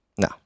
no